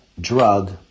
drug